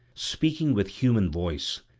speaking with human voice,